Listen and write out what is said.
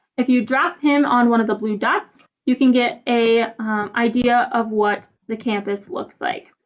if you drop him on one of the blue dots, you can get a idea of what the campus looks like.